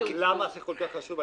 למה זה כל כך חשוב?